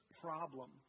problem